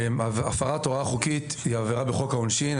הפרת הוראה חוקית היא עבירה בחוק העונשין,